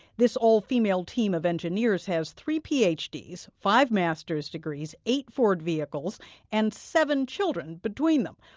this all-female team of engineers has three ph ds, five master's degrees, eight ford vehicles and seven children between them.